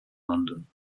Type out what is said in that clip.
london